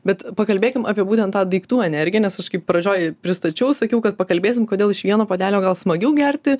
bet pakalbėkim apie būtent tą daiktų energiją nes aš kaip pradžioj pristačiau sakiau kad pakalbėsim kodėl iš vieno puodelio gal smagiau gerti